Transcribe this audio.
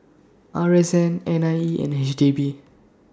R S N N I E and H D B